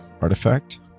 artifact